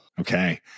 Okay